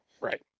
right